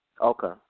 Okay